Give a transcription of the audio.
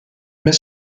met